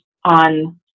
on